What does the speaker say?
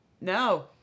No